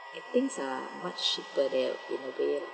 and things are much cheaper there in a way lah